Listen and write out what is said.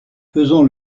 faisons